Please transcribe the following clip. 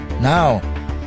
Now